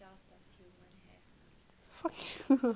fuck you